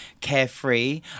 carefree